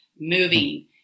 moving